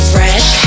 Fresh